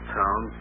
town